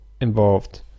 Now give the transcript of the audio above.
involved